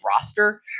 roster